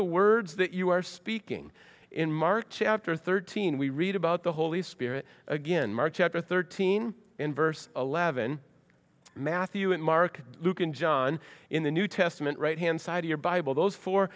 the words that you are speaking in march after thirteen we read about the holy spirit again mark chapter thirteen in verse eleven matthew you and mark luke and john in the new testament right hand side your bible those four